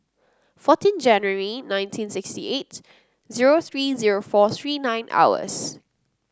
fourteen January nineteen sixty eight zero three zero four three nine hours